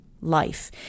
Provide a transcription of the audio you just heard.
life